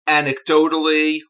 anecdotally